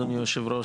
אדוני היושב-ראש,